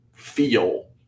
Feel